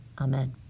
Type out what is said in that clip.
Amen